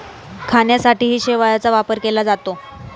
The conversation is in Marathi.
खाण्यासाठीही शेवाळाचा वापर केला जातो